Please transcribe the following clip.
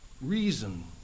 reason